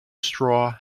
straw